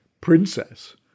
Princess